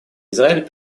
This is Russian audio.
израиль